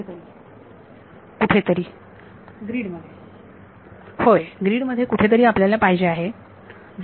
विद्यार्थी ग्रीड मध्ये कुठेतरी कुठेतरी विद्यार्थी ग्रीड मध्ये होय ग्रीडमध्ये कुठेतरी आपल्याला पाहिजे आहे